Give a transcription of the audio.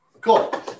cool